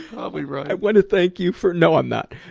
probably right. i want to thank you for no, i'm not.